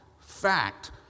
fact